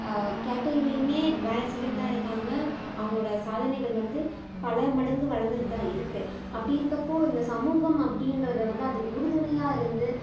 கேட்டகிரிலேயுமே வேலை செஞ்சிட்டு தான் இருக்காங்க அவங்களோடய சாதனைகள் வந்து பல மடங்கு வளர்ந்துட்டு தான் இருக்குது அப்படி இருக்கப்போது இந்த சமூகம் அப்படின்றது வந்து அதுக்கு உறுதுணையாக இருந்து